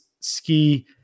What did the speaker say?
Ski